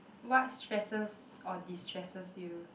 what stresses or destresses you